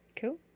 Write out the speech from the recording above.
cool